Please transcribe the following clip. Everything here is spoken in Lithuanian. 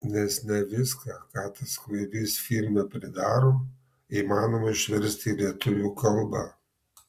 nes ne viską ką tas kvailys filme pridaro įmanoma išversti į lietuvių kalbą